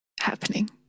happening